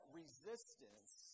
resistance